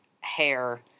hair